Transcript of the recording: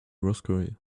roscoe